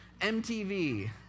MTV